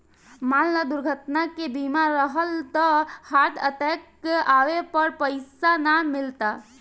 मान ल दुर्घटना के बीमा रहल त हार्ट अटैक आवे पर पइसा ना मिलता